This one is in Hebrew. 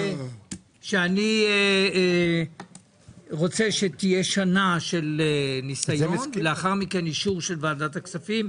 שאני רוצה שתהיה שנת ניסיון ולאחר מכן אישור של ועדת הכספים,